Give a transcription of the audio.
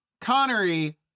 Connery